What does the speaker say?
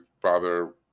father